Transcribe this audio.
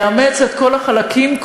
יאמץ את כל החלקים,